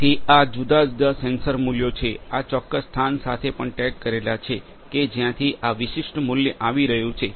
તેથી આ જુદાં જુદાં સેન્સર મૂલ્યો છે આ ચોક્કસ સ્થાન સાથે પણ ટેગ કરેલા છે કે જ્યાંથી આ વિશિષ્ટ મૂલ્ય આવી રહ્યું છે